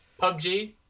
PUBG